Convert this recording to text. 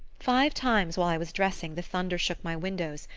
five times, while i was dressing, the thunder shook my windows,